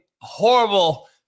horrible